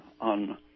on